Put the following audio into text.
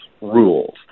rules